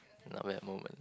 not bad moment